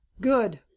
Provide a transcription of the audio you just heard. Good